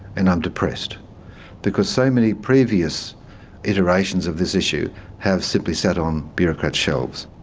and i'm depressed because so many previous iterations of this issue have simply sat on bureaucrats' shelves.